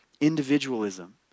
individualism